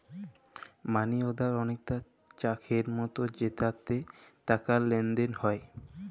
মালি order অলেকটা চ্যাকের মতো যেটতে টাকার লেলদেল হ্যয়